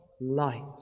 light